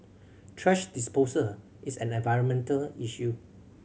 thrash disposal is an environmental issue